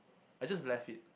I just left it